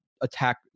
attack